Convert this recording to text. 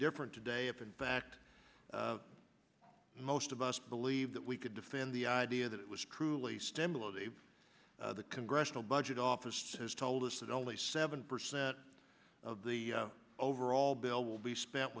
different today if in fact most of us believe that we could defend the idea that it was truly stimulus the congressional budget office has told us that only seven percent of the overall bill will be spent